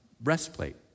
breastplate